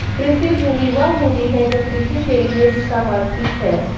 कृषि भूमि वह भूमि है जो कृषि के लिए समर्पित है